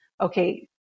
okay